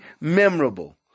memorable